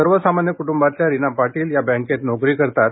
सर्व सामान्य कुटुंबातल्या रीना पाटील या बँकेत नोकरी करतात